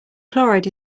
chloride